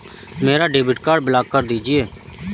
मेरा debit card block कर दीजिए